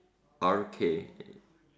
R K